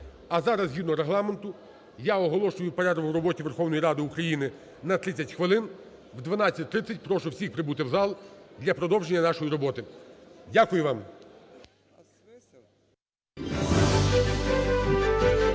А зараз згідно Регламенту я оголошую перерву у роботі Верховної Ради України на 30 хвилин. О 12:30 прошу всіх прибути в зал для продовження нашої роботи. Дякую вам.